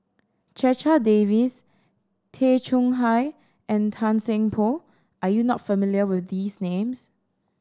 Checha Davies Tay Chong Hai and Tan Seng Poh are you not familiar with these names